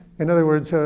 in other words,